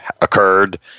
occurred